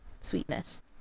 sweetness